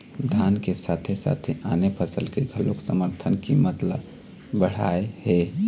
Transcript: धान के साथे साथे आने फसल के घलोक समरथन कीमत ल बड़हाए हे